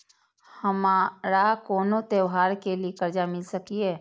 हमारा कोनो त्योहार के लिए कर्जा मिल सकीये?